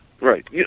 Right